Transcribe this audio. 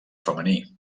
femení